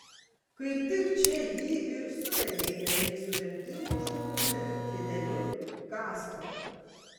kaip tik čia jį ir suvedė keliai su lemtingu žmogumi fideliu kastro